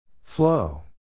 Flow